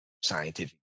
scientific